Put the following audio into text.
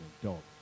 adult